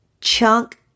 Chunk